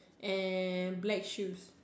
and black shoes